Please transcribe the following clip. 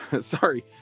Sorry